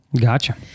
Gotcha